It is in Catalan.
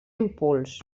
impuls